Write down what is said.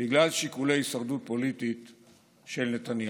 בגלל שיקולי הישרדות פוליטית של נתניהו.